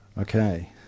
Okay